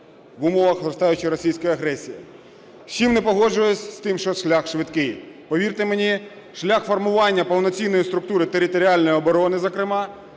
в умовах зростаючої російської агресії. З чим не погоджуюсь - з тим, що шлях швидкий. Повірте мені, шлях формування повноцінної структури територіальної оборони, зокрема,